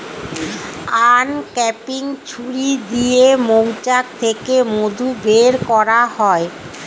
uncapping ছুরি দিয়ে মৌচাক থেকে মধু বের করা হয়